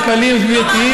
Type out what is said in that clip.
כלכליים וסביבתיים,